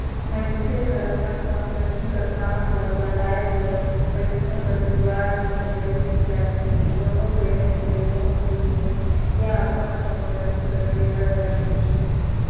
मइनसे हर अपन कंपनी कर काम ल बढ़ाए बर पइसा कर जुगाड़ में लइग जाथे कोनो बेंक ले लोन लिही या अपन कंपनी कर सेयर ल बेंचही